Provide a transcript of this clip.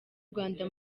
rwanda